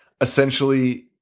essentially